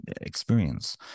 experience